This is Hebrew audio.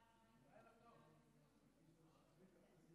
הוגשה רוויזיה, אז בגלל הרוויזיה הוא לא,